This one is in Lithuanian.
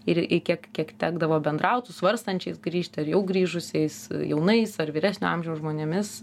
ir kiek kiek tekdavo bendraut su svarstančiais grįžti ar jau grįžusiais jaunais ar vyresnio amžiaus žmonėmis